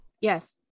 Yes